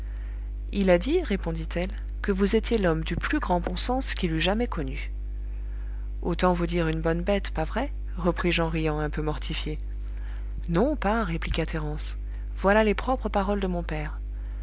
il a dit répondit-elle que vous étiez l'homme du plus grand bon sens qu'il eût jamais connu autant vaut dire une bonne bête pas vrai repris-je en riant un peu mortifié non pas répliqua thérence voilà les propres paroles de mon père